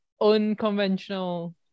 unconventional